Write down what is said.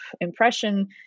impression